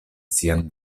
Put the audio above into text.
sian